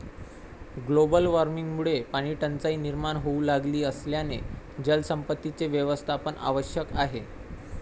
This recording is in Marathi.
ग्लोबल वॉर्मिंगमुळे पाणीटंचाई निर्माण होऊ लागली असल्याने जलसंपत्तीचे व्यवस्थापन आवश्यक आहे